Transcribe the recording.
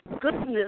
goodness